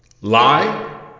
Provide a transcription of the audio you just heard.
Lie